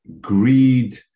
Greed